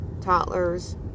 toddlers